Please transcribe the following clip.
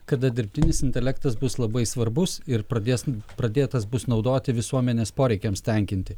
kada dirbtinis intelektas bus labai svarbus ir pradės pradėtas bus naudoti visuomenės poreikiams tenkinti